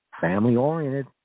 family-oriented